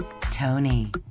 Tony